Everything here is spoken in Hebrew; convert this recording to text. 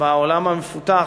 בעולם המפותח,